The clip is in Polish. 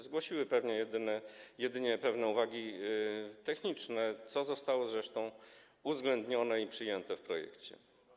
Zgłosiły one jedynie pewne uwagi techniczne, co zostało zresztą uwzględnione i przyjęte w projekcie.